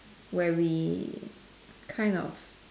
where we kind of